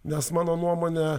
nes mano nuomone